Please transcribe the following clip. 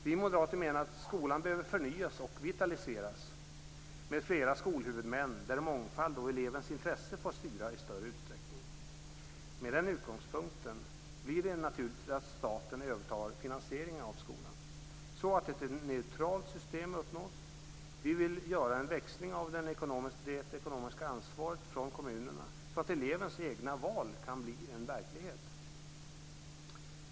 Vi moderater menar att skolan behöver förnyas och vitaliseras med flera skolhuvudmän, där mångfald och elevens intresse får styra i större utsträckning. Med den utgångspunkten blir det naturligt att staten övertar finansieringen av skolan så att ett neutralt system uppnås. Vi vill göra en växling av det ekonomiska ansvaret från kommunerna så att elevens egna val kan bli verklighet.